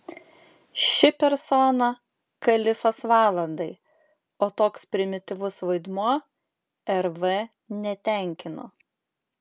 ši persona kalifas valandai o toks primityvus vaidmuo rv netenkino